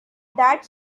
that